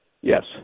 Yes